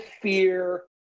fear